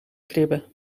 kribbe